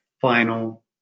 final